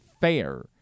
fair